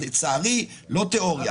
לצערי לא תיאוריה,